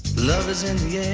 love is in